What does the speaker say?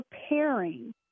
preparing